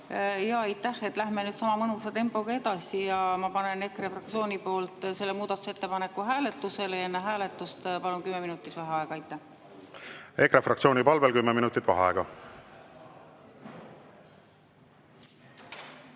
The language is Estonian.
Aitäh! Lähme nüüd sama mõnusa tempoga edasi. Ma panen EKRE fraktsiooni poolt selle muudatusettepaneku hääletusele ja enne hääletust palun kümme minutit vaheaega. EKRE fraktsiooni palvel kümme minutit vaheaega.V